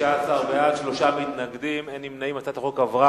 התש"ע 2010, לוועדת החוקה,